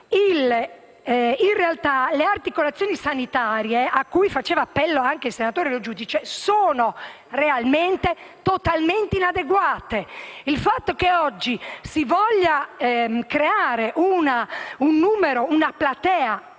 in realtà, le articolazioni sanitarie, cui faceva appello anche il senatore Lo Giudice, sono totalmente inadeguate. Il fatto che oggi si voglia creare una platea